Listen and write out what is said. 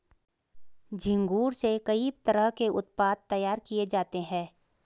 झींगुर से कई तरह के उत्पाद तैयार किये जाते है